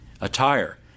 attire